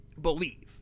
believe